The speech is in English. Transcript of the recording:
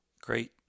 great